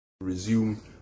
...resume